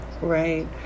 right